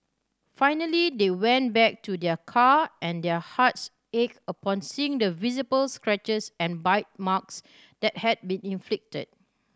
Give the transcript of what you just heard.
finally they went back to their car and their hearts ached upon seeing the visible scratches and bite marks that had been inflicted